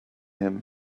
him